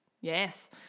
Yes